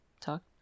talk